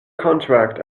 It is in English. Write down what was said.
contract